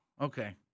okay